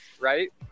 right